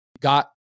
got